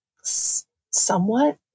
somewhat